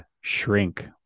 shrink